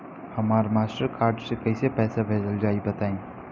हमरा Mastercard से कइसे पईसा भेजल जाई बताई?